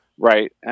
Right